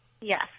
Yes